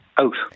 out